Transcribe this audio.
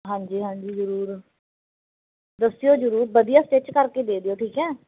ਹਾਂਜੀ ਹਾਂਜੀ ਜ਼ਰੂਰ ਦੱਸਿਓ ਜ਼ਰੂਰ ਵਧੀਆ ਸਟਿੱਚ ਕਰਕੇ ਦੇ ਦਿਓ ਠੀਕ ਹੈ